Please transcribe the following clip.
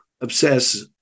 obsess